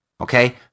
Okay